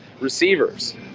receivers